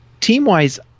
team-wise